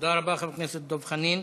תודה רבה, חבר הכנסת דב חנין.